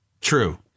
True